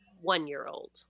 one-year-old